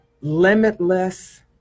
limitless